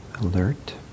alert